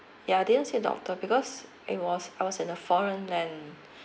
ya didn't see a doctor because it was I was in a foreign land